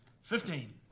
Fifteen